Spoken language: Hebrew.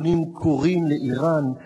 בונים כורים לאירן,